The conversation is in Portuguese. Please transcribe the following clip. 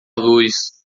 luz